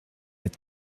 het